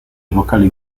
vocali